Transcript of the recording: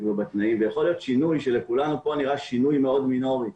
ובתנאים ויכול להיות שינוי שלכולנו כאן נראה שינוי מאוד מינורי,